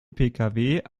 pkw